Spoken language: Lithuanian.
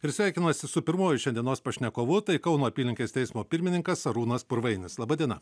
ir sveikinuosi su pirmuoju šios dienos pašnekovu tai kauno apylinkės teismo pirmininkas arūnas purvainis laba diena